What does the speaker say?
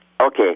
Okay